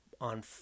on